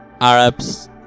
arabs